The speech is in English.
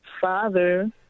father